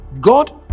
God